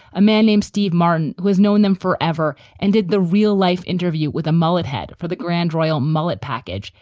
a man named steve martin, who has known them forever and did the real life interview with a mullet head for the grand royal mullet package,